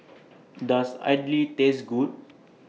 Does Idly Taste Good